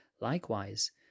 Likewise